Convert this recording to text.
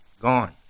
gone